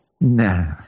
Nah